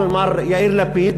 אבל מר יאיר לפיד